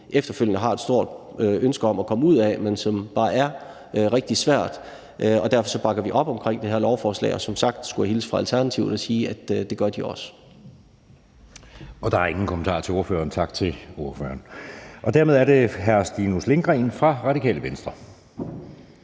efterfølgende har et stort ønske om at komme ud af, men som bare er rigtig svært. Derfor bakker vi op om det her lovforslag, og jeg skulle som sagt hilse fra Alternativet og sige, at det gør de også. Kl. 19:06 Anden næstformand (Jeppe Søe): Der er ingen kommentarer til ordføreren. Tak til ordføreren. Dermed er det hr. Stinus Lindgreen fra Radikale Venstre.